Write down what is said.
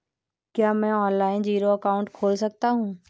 क्या मैं online zero account खोल सकता हूँ?